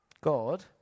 God